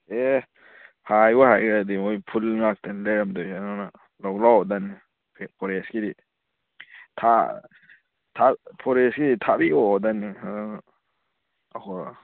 ꯑꯦ ꯍꯥꯏꯕꯨ ꯍꯥꯏꯈ꯭ꯔꯗꯤ ꯃꯣꯏ ꯐꯨꯜ ꯉꯥꯛꯇꯅꯤ ꯂꯩꯔꯝꯗꯣꯏꯁꯦ ꯑꯗꯨꯅ ꯂꯧ ꯂꯥꯛꯑꯣꯗꯅꯤ ꯐꯣꯔꯦꯁꯀꯤꯗꯤ ꯊꯥ ꯊꯥ ꯐꯣꯔꯦꯁꯀꯤꯗꯤ ꯊꯥꯕꯤꯌꯣꯗꯅꯤ ꯑꯗꯨꯅ ꯑꯍꯣꯏ